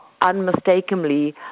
unmistakably